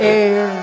air